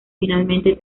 finalmente